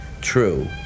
true